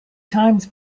times